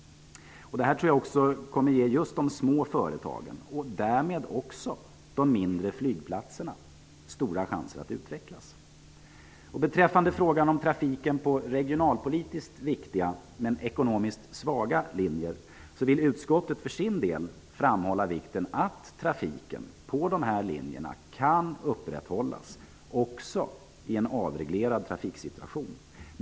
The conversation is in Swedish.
Detta kommer troligen att ge just de små företagen, och därmed också de mindre flygplatserna, stora chanser att utvecklas. Beträffande frågan om trafiken på regionalpolitiskt viktiga, men ekonomiskt svaga, linjer vill utskottet för sin del framhålla vikten av att trafiken på dessa linjer kan upprätthållas också i en avreglerad trafiksituation.